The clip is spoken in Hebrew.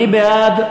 מי בעד?